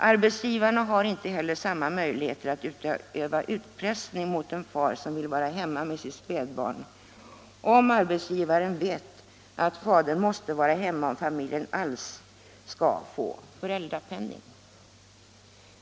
Arbetsgivarna har inte heller samma möjlighet att utöva utpressning mot en far som vill vara hemma med sitt spädbarn om arbetsgivaren vet att fadern måste vara hemma om familjen alls skall få föräldrapenning.